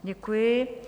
Děkuji.